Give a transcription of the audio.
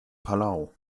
palau